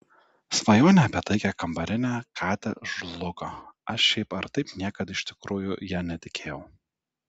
svajonė apie taikią kambarinę katę žlugo aš šiaip ar taip niekad iš tikrųjų ja netikėjau